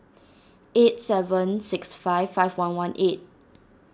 eight seven six five five one one eight